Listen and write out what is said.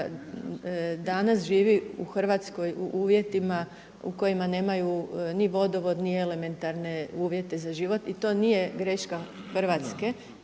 danas živi u Hrvatskoj u uvjetima u kojima nemaju ni vodovod, ni elementarne uvjete za život i to nije greška Hrvatske